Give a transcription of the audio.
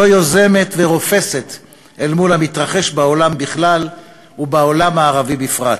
לא יוזמת ורופסת אל מול המתרחש בעולם בכלל ובעולם הערבי בפרט.